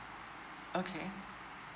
okay